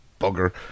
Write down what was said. bugger